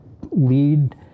lead